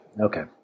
Okay